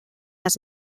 les